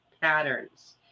patterns